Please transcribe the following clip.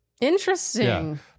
Interesting